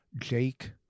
Jake